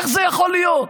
איך זה יכול להיות?